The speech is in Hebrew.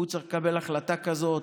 והוא צריך לקבל החלטה כזאת,